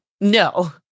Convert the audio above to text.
no